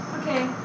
Okay